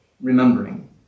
remembering